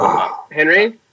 Henry